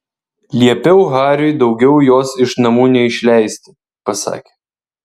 liepiau hariui daugiau jos iš namų neišleisti pasakė